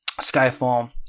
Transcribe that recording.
Skyfall